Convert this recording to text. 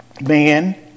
man